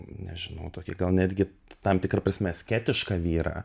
nežinau tokį gal netgi tam tikra prasme asketišką vyrą